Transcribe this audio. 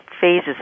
phases